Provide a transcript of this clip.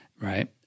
Right